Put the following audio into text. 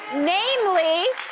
namely,